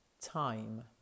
time